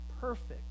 perfect